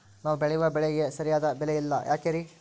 ನಾವು ಬೆಳೆಯುವ ಬೆಳೆಗೆ ಸರಿಯಾದ ಬೆಲೆ ಯಾಕೆ ಇರಲ್ಲಾರಿ?